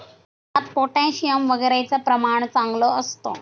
यात पोटॅशियम वगैरेचं प्रमाण चांगलं असतं